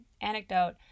anecdote